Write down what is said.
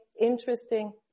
interesting